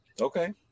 Okay